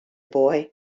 boy